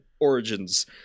origins